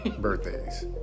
birthdays